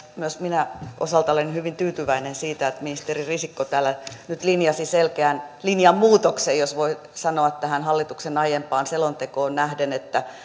myös minä osaltani olen hyvin tyytyväinen että ministeri risikko täällä nyt linjasi selkeän linjanmuutoksen jos voi sanoa hallituksen aiempaan selontekoon nähden että